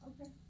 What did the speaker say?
okay